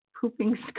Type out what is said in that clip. pooping